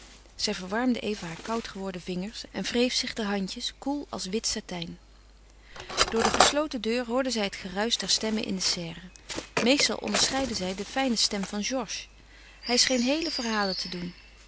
zij verwarmde even haar koud geworden vingers en wreef zich de handjes koel als wit satijn door de gesloten deur hoorde zij het geruisch der stemmen in de serre meestal onderscheidde zij de fijne stem van georges hij scheen heele verhalen te doen